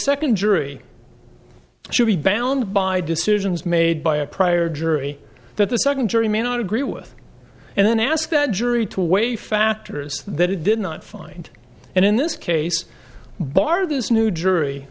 second jury should be bound by decisions made by a prior jury that the second jury may not agree with and then ask that jury to weigh factors that it did not find and in this case bar this new jury